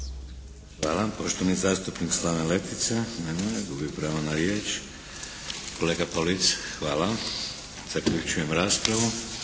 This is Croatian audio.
Hvala. Poštovani zastupnik Slaven Letica. Nema ga. Gubi pravo na riječ. Kolega Pavlic? Hvala. Zaključujem raspravu.